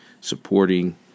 supporting